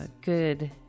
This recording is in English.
good